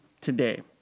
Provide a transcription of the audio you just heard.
today